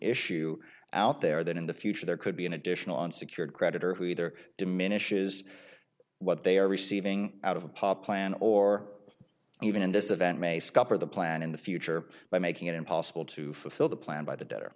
issue out there that in the future there could be an additional unsecured creditors who either diminishes what they are receiving out of a pop plan or even in this event may scupper the plan in the future by making it impossible to fulfill the plan by the